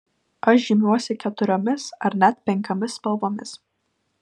aš žymiuosi keturiomis ar net penkiomis spalvomis